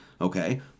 okay